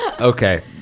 Okay